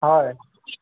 হয়